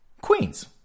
Queens